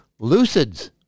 lucids